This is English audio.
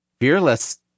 Fearless